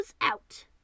out